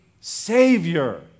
Savior